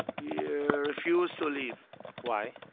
yeah refused to leave why?